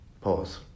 pause